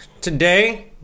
today